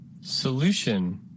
Solution